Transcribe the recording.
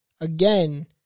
Again